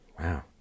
Wow